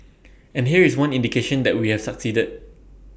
and here is one indication that we have succeeded